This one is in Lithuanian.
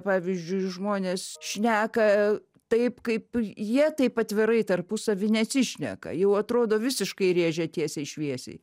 pavyzdžiui žmonės šneka taip kaip jie taip atvirai tarpusavy nesišneka jau atrodo visiškai rėžė tiesiai šviesiai